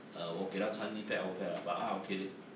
err 我给她穿 knee pad al~ pad ah but 她 okay ah